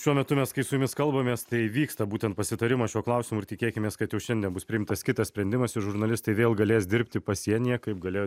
šiuo metu mes kai su jumis kalbamės tai vyksta būtent pasitarimas šiuo klausimu ir tikėkimės kad jau šiandien bus priimtas kitas sprendimas ir žurnalistai vėl galės dirbti pasienyje kaip galėjo